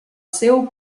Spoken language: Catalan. seu